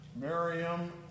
Miriam